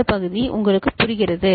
இந்த பகுதி உங்களுக்கு புரிகிறது